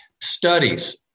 studies